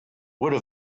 would